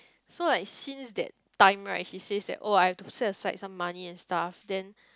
so like since that time right he says that oh I have to set aside some money and stuff then